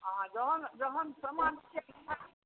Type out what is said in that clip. अहाँ जखन जखन सामान